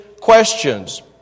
questions